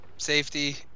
safety